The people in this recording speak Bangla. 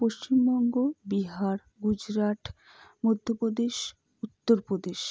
পশ্চিমবঙ্গ বিহার গুজরাট মধ্যপ্রদেশ উত্তরপ্রদেশ